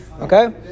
Okay